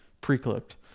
pre-clipped